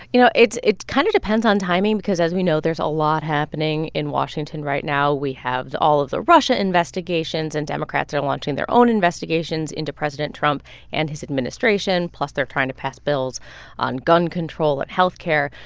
you know, it kind of depends on timing because, as we know, there's a lot happening in washington right now. we have all of the russia investigations. and democrats are launching their own investigations into president trump and his administration. plus, they're trying to pass bills on gun control and health care.